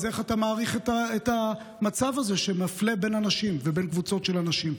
איך אתה מאריך את המצב הזה שמפלה בין אנשים ובין קבוצות של אנשים?